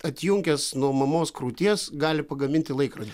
atjunkęs nuo mamos krūties pagaminti laikrodį